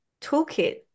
toolkit